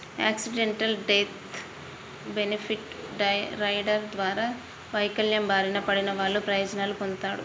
accidental death benefit rider ద్వారా వైకల్యం బారిన పడినవాళ్ళు ప్రయోజనాలు పొందుతాడు